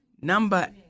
number